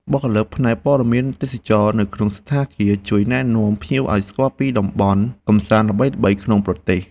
បុគ្គលិកផ្នែកព័ត៌មានទេសចរណ៍នៅក្នុងសណ្ឋាគារជួយណែនាំភ្ញៀវឱ្យស្គាល់ពីតំបន់កម្សាន្តល្បីៗនៅក្នុងប្រទេស។